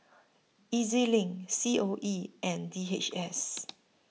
E Z LINK C O E and D H S